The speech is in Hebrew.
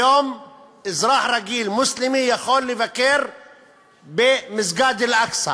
היום אזרח רגיל, מוסלמי, יכול לבקר במסגד אל-אקצא,